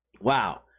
Wow